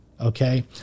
okay